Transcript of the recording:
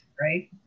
right